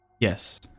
Yes